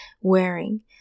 wearing